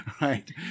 right